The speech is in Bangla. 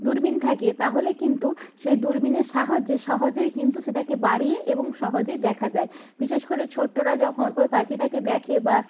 দূরবীন থাকে তাহলে কিন্তু সেই দূরবীনের সাহায্যে সহজেই কিন্তু সেটাকে বাড়িয়ে এবং সহজেই দেখা যায় বিশেষ করে ছোটোরা যখন ওই পাখিটাকে দেখে বা